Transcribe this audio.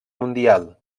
mundial